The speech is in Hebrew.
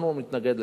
אנחנו נתנגד לזה.